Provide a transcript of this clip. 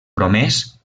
promès